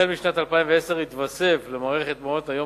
משנת 2010 יתווסף למערכת מעונות-היום